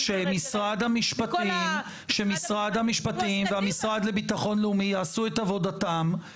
אז שמשרד המשפטים והמשרד לביטחון לאומי יעשו את עבודתם.